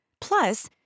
Plus